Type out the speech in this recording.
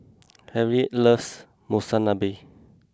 Harriet loves Monsunabe